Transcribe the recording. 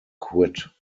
quit